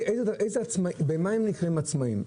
למה הם נקראים עצמאיים?